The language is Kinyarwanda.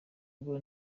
ubwo